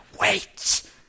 wait